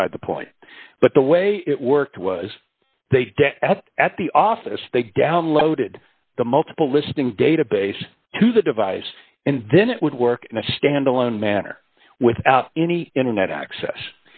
beside the point but the way it worked was they didn't have at the office they downloaded the multiple listing database to the device and then it would work in a standalone manner without any internet access